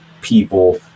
people